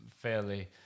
fairly